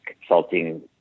consulting